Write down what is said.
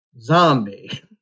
Zombie